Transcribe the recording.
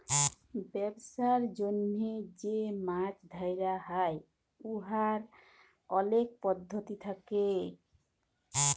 ব্যবসার জ্যনহে যে মাছ ধ্যরা হ্যয় উয়ার অলেক পদ্ধতি থ্যাকে